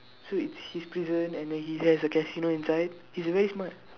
so it's his prison and he has a casino inside he's very smart